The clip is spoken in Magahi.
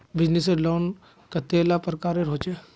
बिजनेस लोन कतेला प्रकारेर होचे?